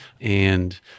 and-